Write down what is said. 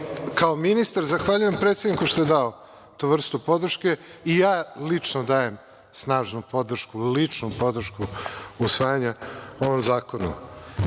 kao ministar zahvaljujem predsedniku što je dao tu vrstu podrške i ja lično dajem snažnu podršku, ličnu podršku usvajanja ovom zakonu. Pri